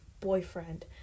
boyfriend